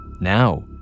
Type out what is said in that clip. Now